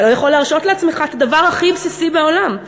אתה לא יכול להרשות לעצמך את הדבר הכי בסיסי בעולם,